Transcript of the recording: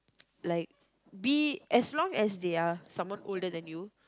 like be as long as they are someone older than you